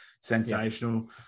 sensational